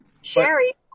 Sherry